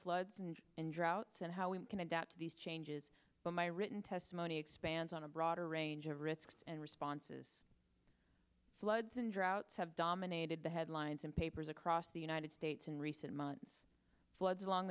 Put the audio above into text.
floods and and droughts and how we can adapt to these changes but my written testimony expands on a broader range of risks and responses floods and droughts have dominated the headlines in papers across the united states in recent months floods along